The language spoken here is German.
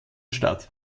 stadt